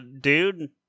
dude